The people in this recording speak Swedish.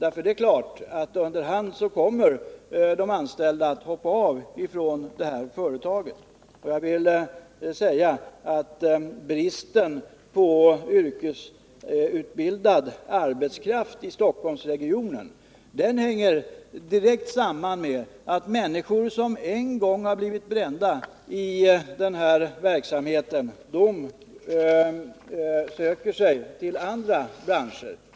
Efter hand kommer de anställda att hoppa av från det här företaget. Bristen på yrkesutbildad arbetskraft i Stockholmsregionen hänger direkt samman med att människor som en gång blivit brända på det här sättet sökt sig till andra branscher.